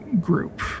group